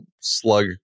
slug